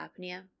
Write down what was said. apnea